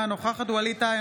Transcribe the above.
אינה נוכחת ווליד טאהא,